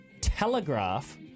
Telegraph